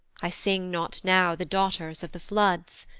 i sing not now the daughters of the floods,